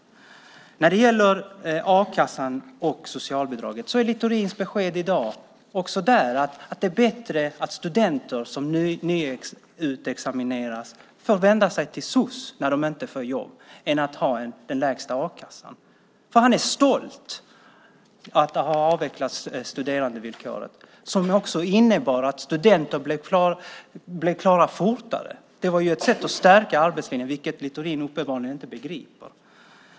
Också när det gäller a-kassan och socialbidraget är Littorins besked i dag att det är bättre att nyutexaminerade studenter får vända sig till socialen när de inte får jobb än att ha den lägsta a-kassan, för Littorin är stolt över att ha avvecklat studerandevillkoret, som ju innebar att studenter fortare blev klara. Det var ett sätt att stärka arbetslinjen, vilket Littorin uppenbarligen inte begriper.